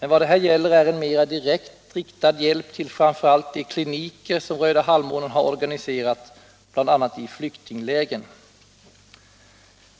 Men vad det här gäller är en mera direkt riktad hjälp till framför allt de kliniker som Röda halvmånen har organiserat, bl.a. i flyktinglägren.